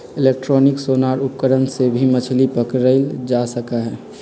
electronic sonar उपकरण से भी मछली पकड़ल जा सका हई